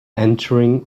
entering